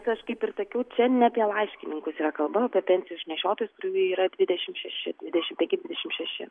aš kaip ir sakiau čia ne apie laiškininkus yra kalba o apie pensijų išnešiotojus kurių yra dvidešimt šeši dvidešimt penki dvidešimt šeši